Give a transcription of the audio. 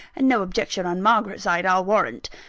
and no objection on margaret's side, i'll warrant!